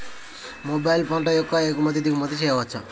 మొబైల్లో పంట యొక్క ఎగుమతి దిగుమతి చెయ్యచ్చా?